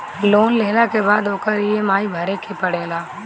loan लेहला के बाद ओकर इ.एम.आई भरे के पड़ेला